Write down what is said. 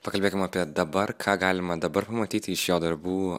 pakalbėkim apie dabar ką galima dabar pamatyti iš jo darbų